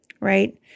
right